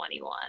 21